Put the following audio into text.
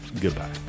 Goodbye